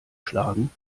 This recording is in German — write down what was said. schlagen